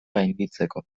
gainditzeko